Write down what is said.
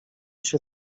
się